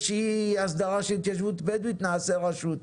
יש אי הסדרה של התיישבות בדואית נעשה רשות.